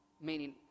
Meaning